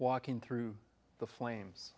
walking through the flames